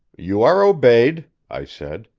you are obeyed, i said.